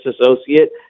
associate